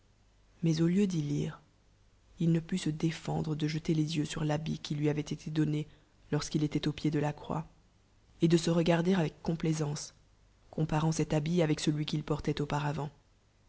mai au lien d'y lire il ne put se défen dre de jeter les yeux sur l'babit qui lui avoit été donné lorsljd'ii étoit ij pied de la croix et de se regarde avec complaisance comparant cel abit avec celui qu'il portoit